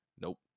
Nope